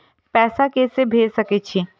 पैसा के से भेज सके छी?